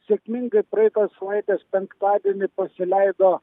sėkmingai praeitos savaitės penktadienį pasileido